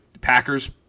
Packers